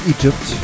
Egypt